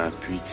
puis